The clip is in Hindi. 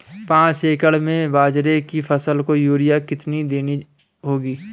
पांच एकड़ में बाजरे की फसल को यूरिया कितनी देनी होगी?